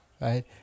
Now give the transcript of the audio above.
right